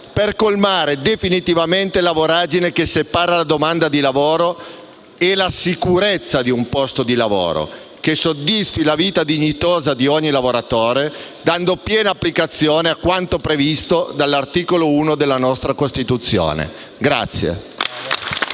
per colmare definitivamente la voragine che separa la domanda di lavoro e la sicurezza di un posto di lavoro, che soddisfi la vita dignitosa di ogni lavoratore, dando piena applicazione a quanto previsto dall'articolo 1 della nostra Costituzione.